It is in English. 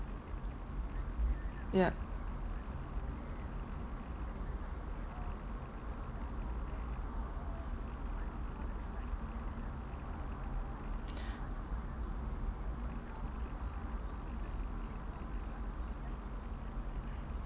yup